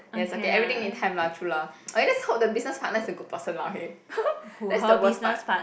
ya is okay everything need time lah true lah okay just hope the business partner is a good person lah okay that's the worst part